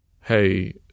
hey